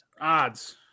Odds